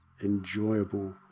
enjoyable